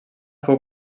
fou